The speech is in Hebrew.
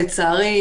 לצערי,